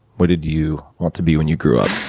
what did you want to be when you grew up?